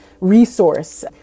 resource